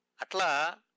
Atla